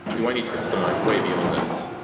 do i need to customize way beyond this?